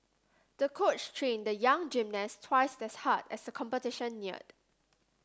the coach trained the young gymnast twice as hard as the competition neared